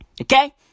Okay